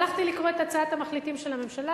הלכתי לקרוא את הצעת המחליטים של הממשלה